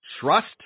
Trust